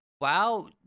WoW